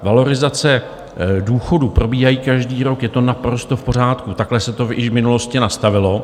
Valorizace důchodů probíhají každý rok, je to naprosto v pořádku, takhle se to již v minulosti nastavilo.